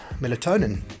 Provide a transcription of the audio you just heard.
melatonin